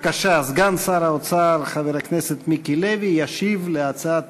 סגן שר האוצר חבר הכנסת מיקי לוי ישיב על הצעת